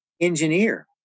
engineer